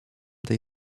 tej